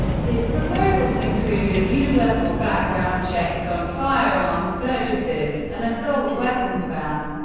his proposals included universal background checks on firearms purchases, an assault weapons ban,